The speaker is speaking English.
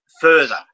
further